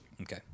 Okay